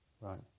Right